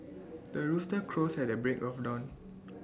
the rooster crows at the break of dawn